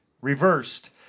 reversed